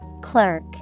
Clerk